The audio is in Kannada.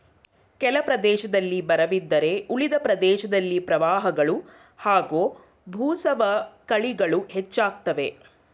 ಕೆಲ ಪ್ರದೇಶದಲ್ಲಿ ಬರವಿದ್ದರೆ ಉಳಿದ ಪ್ರದೇಶದಲ್ಲಿ ಪ್ರವಾಹಗಳು ಹಾಗೂ ಭೂಸವಕಳಿಗಳು ಹೆಚ್ಚಾಗ್ತವೆ